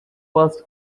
first